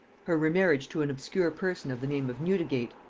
her remarriage to an obscure person of the name of newdigate,